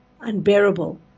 unbearable